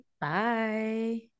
bye